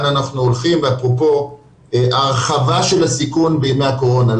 אנחנו הולכים ואפרופו ההרחבה של הסיכון בימי הקורונה.